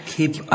Keep